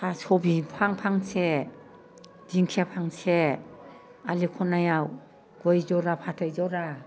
थास' बिफां फांसे दिंखिया फांसे आलि खनायाव गय जरा फाथै जरा